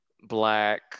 black